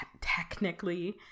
technically